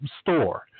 store